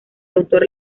autor